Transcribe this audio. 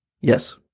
Yes